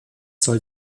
soll